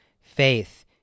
faith